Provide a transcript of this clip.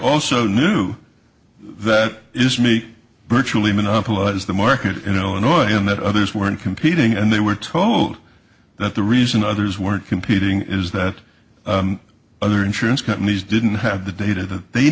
also knew that it's me virtually monopolize the market in illinois and that others weren't competing and they were told that the reason others weren't competing is that other insurance companies didn't have the data th